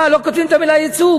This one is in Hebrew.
אבל לא כותבים את המילה ייצוא,